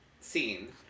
scene